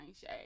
shade